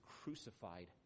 crucified